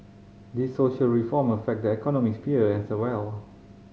these social reform affect the economic sphere as a well